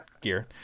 gear